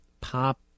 pop